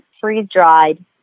freeze-dried